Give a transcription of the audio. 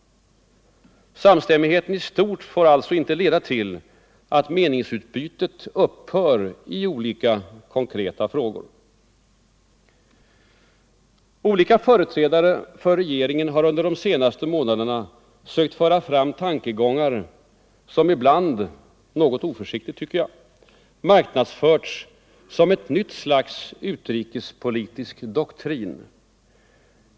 Samstämmigheten i stort får alltså inte leda till att meningsutbytet upphör i olika konkreta frågor. Olika företrädare för regeringen har under de senaste månaderna sökt föra fram tankegångar som ibland — något oförsiktigt, tycker jag — marknadsförts som ett nytt slags utrikespolitisk doktrin.